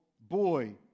boy